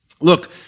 Look